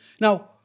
Now